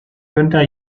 günther